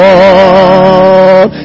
Lord